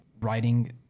writing